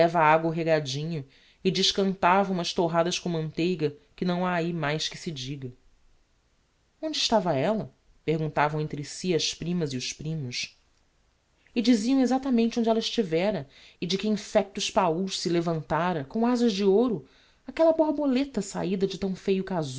o regadinho e descantava umas torradas com manteiga que não ha ahi mais que se diga onde estava ella perguntavam entre si as primas e os primos e diziam exactamente onde ella estivera e de que infectos paues se levantára com azas de ouro aquella borboleta sahida de tão feio